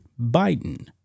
Biden